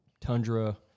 tundra